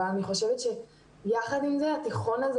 אבל אני חושבת שיחד עם זה התיכון הזה